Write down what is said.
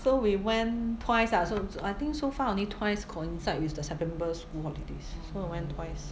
so we went twice lah so so I think so far only twice coincide with the september school holidays so I went twice